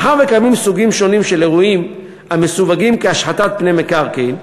מאחר שקיימים סוגים שונים של אירועים המסווגים כ"השחתת פני מקרקעין",